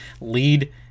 lead